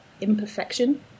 imperfection